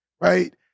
right